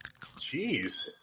jeez